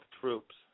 troops